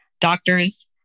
doctors